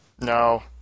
No